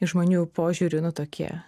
žmonių požiūriu nu tokie